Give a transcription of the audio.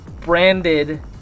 branded